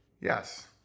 Yes